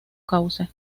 cauce